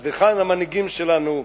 אז היכן המנהיגים שלנו?